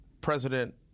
President